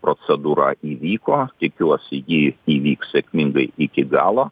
procedūra įvyko tikiuosi ji įvyks sėkmingai iki galo